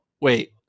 wait